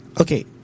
Okay